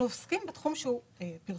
אנחנו עוסקים בתחום הפרסום.